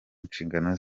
nshingano